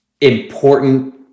important